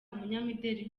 umunyamideli